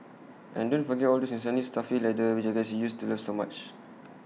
and don't forget all those insanely stuffy leather jackets we used to love so much